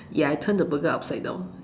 ya I turn the burger upside down